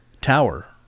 tower